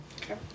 Okay